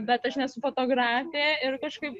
bet aš nesu fotografė ir kažkaip